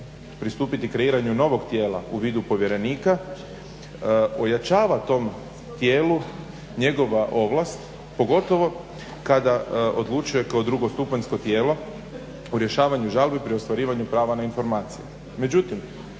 pristupiti kreiranju novog tijela u vidu povjerenika, ojačava tom tijelu njegova ovlast, pogotovo kada odlučuje kao drugostupanjsko tijelo u rješavanju žalbi pri ostvarivanju prava na informacije.